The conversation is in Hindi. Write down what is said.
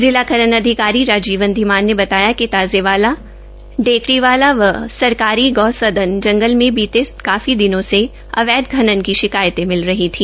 जिला खनन अधिकारी राजीवन धीमान ने बताया कि ताजेवालाडेकड़ीवाला व सरकारी गौसदन जंगल में बीते काफी दिनों से अवैध खनन की शिकायते मिल रही थी